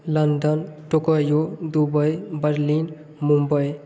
London Tokyo Dubai Berlin Mumbai